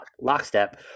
lockstep